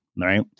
right